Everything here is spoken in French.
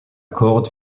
corde